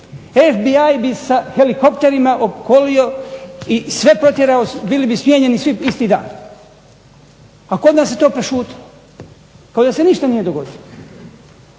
FBI bi sa helikopterima opkolio i sve protjerao, bili bi smijenjeni svi isti dan, a kod nas se to prešutilo kao da se ništa nije dogodilo.